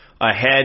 ahead